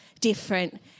different